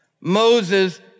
Moses